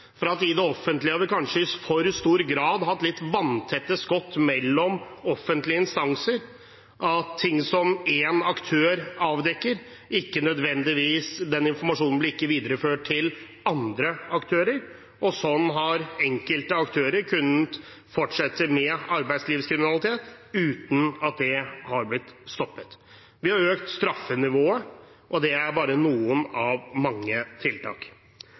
at vi i det offentlige kanskje i for stor grad har hatt litt vanntette skott mellom offentlige instanser, at noe som én aktør avdekker, ikke nødvendigvis medfører at den informasjonen blir videreført til andre aktører. Slik har enkelte aktører kunnet fortsette med arbeidslivskriminalitet uten at det har blitt stoppet. Vi har også økt straffenivået. Og dette er bare noen av mange tiltak.